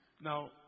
Now